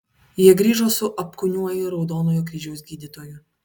jie grįžo su apkūniuoju raudonojo kryžiaus gydytoju